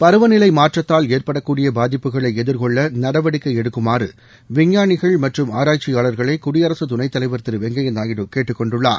பருவநிலை மாற்றத்தால் ஏற்படக்கூடிய பாதிப்புகளை எதிர்கொள்ள நடவடிக்கை எடுக்குமாறு விஞ்ஞானிகள் மற்றும் ஆராய்ச்சியாளர்களை குடியரசு துணைத் தலைவர் திரு வெங்கய்ய நாயுடு கேட்டுக் கொண்டுள்ளார்